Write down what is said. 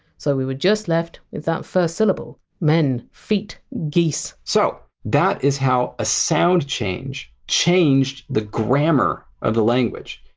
so we were just left with that first syllable. men. feet. geese. so that is how a sound change changed the grammar of the language.